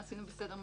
מה עשינו בסדר,